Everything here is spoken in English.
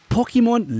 Pokemon